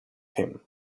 him